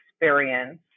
experience